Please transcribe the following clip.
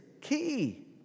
key